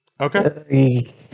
Okay